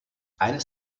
eines